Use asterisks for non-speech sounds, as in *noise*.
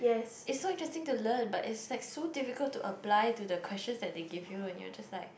*breath* it's so interesting to learn but it's like so difficult to apply to the questions that they give you and you're just like